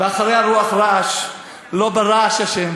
ואחר הרוח רעש לא ברעש ה'